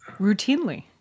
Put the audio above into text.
Routinely